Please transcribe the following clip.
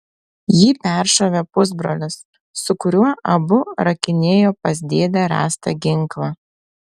jį peršovė pusbrolis su kuriuo abu rakinėjo pas dėdę rastą ginklą